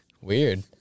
Weird